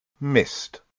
missed